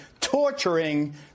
torturing